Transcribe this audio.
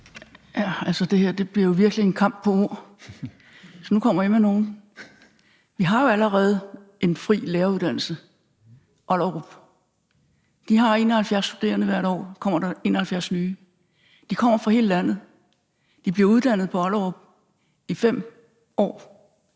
(RV): Det her bliver jo virkelig en kamp på ord, så nu kommer jeg med nogle. Vi har jo allerede en fri læreruddannelse i Ollerup. De har 71 studerende, og hvert år kommer der 71 nye. De kommer fra hele landet, og de bliver uddannet på Ollerup i 5 år,